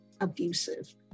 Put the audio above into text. abusive